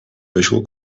visual